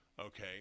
okay